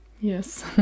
Yes